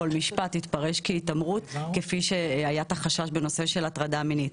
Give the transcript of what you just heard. כל משפט יתפרשו כהתעמרות כפי שהיה החשש בנושא של הטרדה מינית.